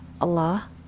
Allah